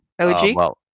OG